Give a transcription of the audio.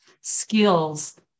skills